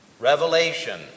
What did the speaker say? Revelation